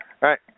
right